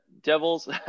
Devils